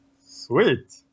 Sweet